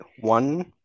One